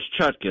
Chutkin